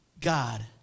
God